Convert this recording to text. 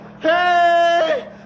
Hey